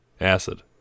acid